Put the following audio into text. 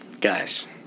Guys